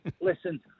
listen